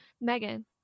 Megan